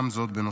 גם זו בנוסף,